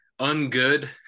ungood